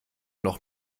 noch